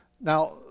now